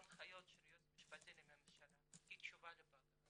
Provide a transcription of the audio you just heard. הנחיות של היועץ המשפטי לממשלה בתשובה לבג"צ,